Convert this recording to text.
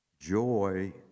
Joy